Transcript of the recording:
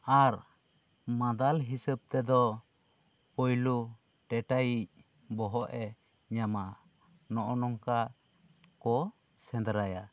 ᱟᱨ ᱢᱟᱫᱟᱞ ᱦᱤᱥᱟᱹᱵ ᱛᱮᱫᱚ ᱯᱟᱹᱭᱞᱟᱹ ᱮᱴᱟᱜᱤᱡ ᱵᱚᱦᱚᱜ ᱮ ᱧᱟᱢᱟ ᱱᱚᱜᱼᱚᱭ ᱠᱚᱝᱠᱟ ᱠᱚ ᱥᱮᱸᱫᱽᱨᱟᱭᱟ